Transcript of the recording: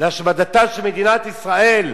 להשמדתה של מדינת ישראל.